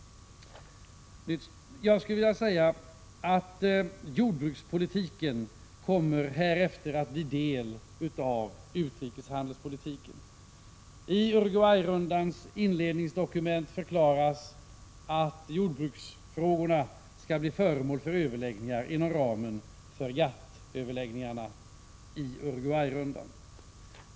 Jag skulle vilja säga att jordbrukspolitiken härefter kommer att bli en del av utrikeshandelspolitiken. I Uruguay-rundans inledningsdokument förklaras att jordbruksfrågorna skall bli föremål för överläggningar inom ramen för GATT-överläggningarna i Uruguay-rundan.